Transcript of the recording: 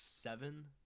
seven